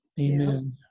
Amen